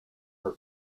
her